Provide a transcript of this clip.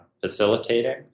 facilitating